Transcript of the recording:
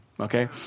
Okay